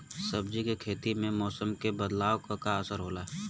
सब्जी के खेती में मौसम के बदलाव क का असर होला?